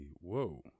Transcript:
whoa